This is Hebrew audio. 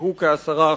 שהוא כ-10%.